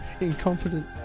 Incompetent